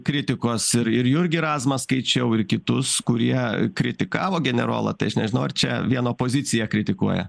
kritikos ir ir jurgį razmą skaičiau ir kitus kurie kritikavo generolą tai aš nežinau ar čia vien opozicija kritikuoja